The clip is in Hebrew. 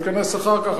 להתכנס אחר כך,